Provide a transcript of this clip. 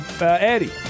Eddie